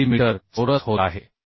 9 millimetre चौरस होत आहे